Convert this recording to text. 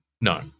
No